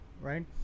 right